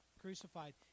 Crucified